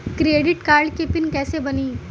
Credit card के pin कैसे बनी?